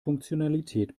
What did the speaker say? funktionalität